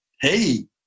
Hey